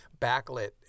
backlit